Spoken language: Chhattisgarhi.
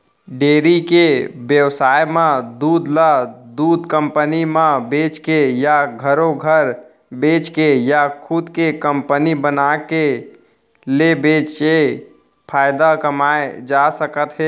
डेयरी के बेवसाय म दूद ल दूद कंपनी म बेचके या घरो घर बेचके या खुदे के कंपनी बनाके ले बेचके फायदा कमाए जा सकत हे